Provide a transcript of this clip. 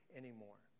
anymore